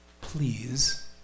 Please